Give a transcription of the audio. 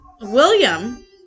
William